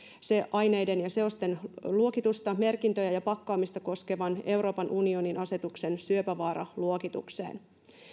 se aineiden ja seosten luokitusta merkintöjä ja pakkaamista koskevan euroopan unionin asetuksen syöpävaaraluokitukseen